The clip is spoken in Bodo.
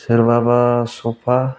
सोरबाबा सफा